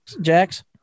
Jax